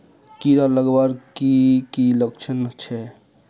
कीड़ा लगवार की की लक्षण छे?